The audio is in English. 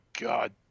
God